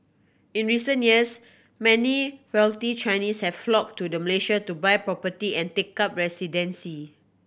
in recent years many wealthy Chinese have flocked to Malaysia to buy property and take up residency